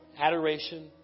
adoration